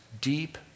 deep